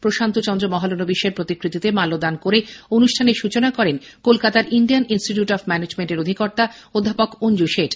প্রশান্তচন্দ্র মহলানবীশের প্রতিকৃতিতে মাল্যদান করে অনুষ্ঠানের সূচনা করেন কলকাতার ইন্ডিয়ান ইনস্টিটিউট অফ ম্যানেজমেন্টের অধিকর্তা অধ্যাপক অঞ্জু শেঠ